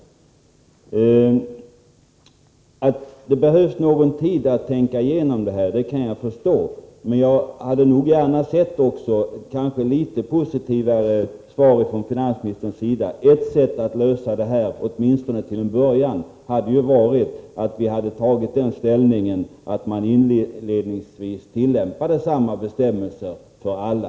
Jag kan förstå att det behövs någon tid för att tänka igenom detta, men jag hade gärna velat ha ett något positivare svar från finansministern. Ett sätt att lösa problemet, åtminstone till en början, hade varit att bestämma sig för att inledningsvis tillämpa samma bestämmelser för alla.